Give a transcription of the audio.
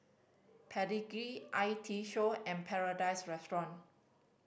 Pedigree I T Show and Paradise Restaurant